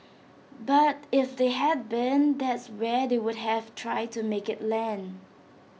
but if they had been that's where they would have tried to make IT land